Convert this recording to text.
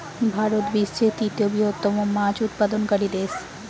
ভারত বিশ্বের তৃতীয় বৃহত্তম মাছ উৎপাদনকারী দেশ